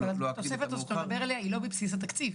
המאוחר --- התוספת הזאת שאתה מדבר עליה היא לא בבסיס התקציב.